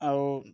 ଆଉ